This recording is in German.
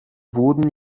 wurden